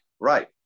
Right